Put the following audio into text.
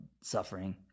suffering